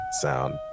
sound